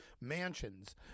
mansions